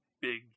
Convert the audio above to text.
big